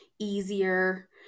easier